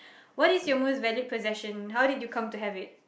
what is your most valued possession how did you come to have it